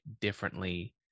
differently